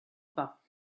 pas